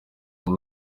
muri